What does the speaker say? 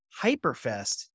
Hyperfest